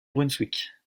brunswick